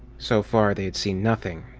so far, they had seen nothing.